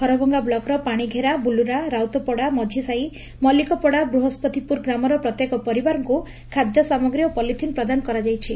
ହରଭଙ୍ଗା ବ୍ଲକର ପାଣିଘେରା ବୁଲୁରା ରାଉତପଡା ମାଝିସାହି ମଲ୍କିକପଡା ବୂହସ୍ସତିପୁର ଗ୍ରାମର ପ୍ରତ୍ୟେକ ପରିବାରଙ୍କୁ ଖାଦ୍ୟସାମଗ୍ରୀ ଓ ପଲିଥିନ୍ ପ୍ରଦାନ କରାଯାଇଛି